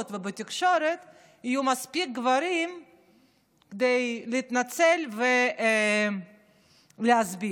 ובתקשורת יהיו מספיק גברים כדי להתנצל ולהסביר.